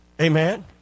Amen